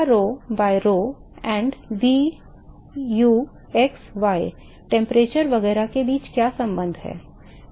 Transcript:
तो delta rho by rho and u v x y temperature वगैरह के बीच क्या संबंध है